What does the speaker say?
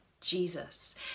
Jesus